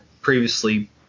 previously